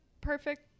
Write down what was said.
perfect